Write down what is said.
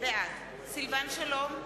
בעד סילבן שלום,